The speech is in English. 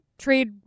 Trade